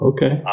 Okay